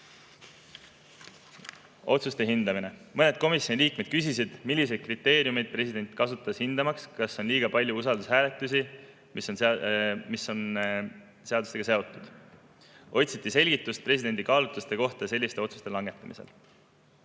Otsuste hindamine. Mõned komisjoni liikmed küsisid, milliseid kriteeriumeid president kasutas hindamaks, kas on liiga palju usaldushääletusi, mis on seadustega seotud. Otsiti selgitust presidendi kaalutluste kohta selliste otsuste langetamisel.